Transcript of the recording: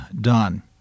done